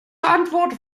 antwort